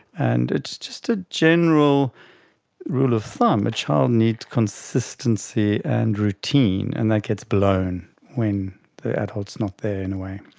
and it's just a general rule of thumb, a child needs consistency and routine, and that gets blown when the adult's not there, in a way.